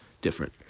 different